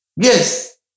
Yes